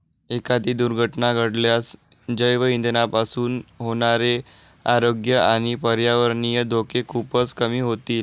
एखादी दुर्घटना घडल्यास जैवइंधनापासून होणारे आरोग्य आणि पर्यावरणीय धोके खूपच कमी होतील